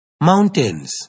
mountains